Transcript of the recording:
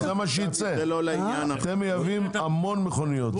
אבל זה מה שייצא, אתם מייבאים המון מכוניות.